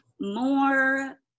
more